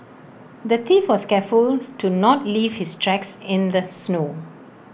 the thief was careful to not leave his tracks in the snow